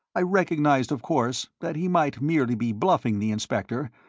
i recognized, of course, that he might merely be bluffing the inspector,